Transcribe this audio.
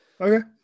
Okay